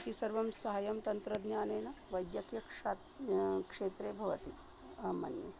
इति सर्वं सहायं तन्त्रज्ञानेन वैद्यकीयक्षा क्षेत्रे भवति अहं मन्ये